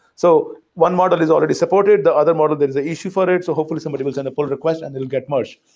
so one model is already supported. the other model, there is an issue for it, so hopefully somebody will send a poll request and it will get merged.